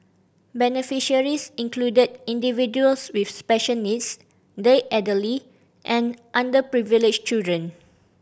beneficiaries included individuals with special needs the elderly and underprivileged children